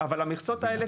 אבל המכסות האלה,